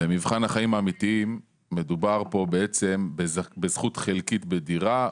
במבחן החיים האמיתיים מדובר פה בזכות חלקית בדירה,